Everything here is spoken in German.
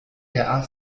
der